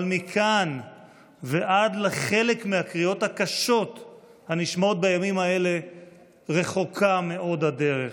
אבל מכאן ועד לחלק מהקריאות הקשות הנשמעות בימים האלה רחוקה מאוד הדרך.